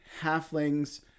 halflings